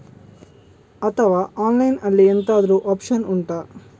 ಅಥವಾ ಆನ್ಲೈನ್ ಅಲ್ಲಿ ಎಂತಾದ್ರೂ ಒಪ್ಶನ್ ಉಂಟಾ